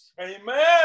Amen